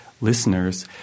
listeners